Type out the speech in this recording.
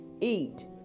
eat